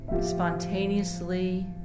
spontaneously